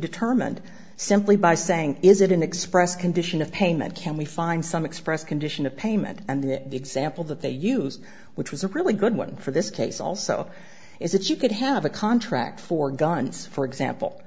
determined simply by saying is it an express condition of payment can we find some express condition of payment and the example that they use which was a really good one for this case also is that you could have a for guns for example